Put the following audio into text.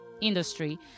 industry